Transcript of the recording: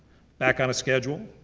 back on a schedule.